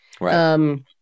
Right